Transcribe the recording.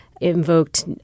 invoked